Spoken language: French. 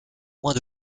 moins